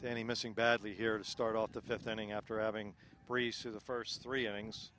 any missing badly here to start off the fifth inning after having breeze through the first three innings